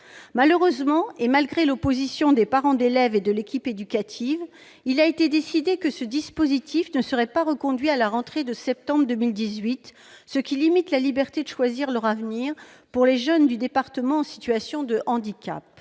Malheureusement, et malgré l'opposition des parents d'élève et de l'équipe éducative, il a été décidé que ce dispositif ne serait pas reconduit à la rentrée de septembre 2018, ce qui limite la liberté de choisir leur avenir pour les jeunes du département en situation de handicap.